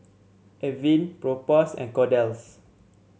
Avene Propass and Kordel's